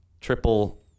triple